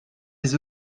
les